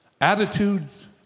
Attitudes